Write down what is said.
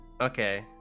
okay